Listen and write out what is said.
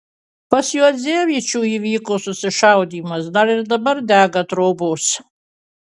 pas juodzevičių įvyko susišaudymas dar ir dabar dega trobos